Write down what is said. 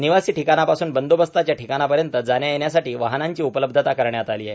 निवासी ठिकाणापासून बंदोबस्ताच्या ठिकाणापर्यंत जाण्या येण्यासाठी वाहनांची उपलब्धता करण्यात आली आहे